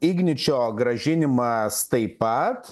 igničio grąžinimas taip pat